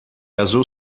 azul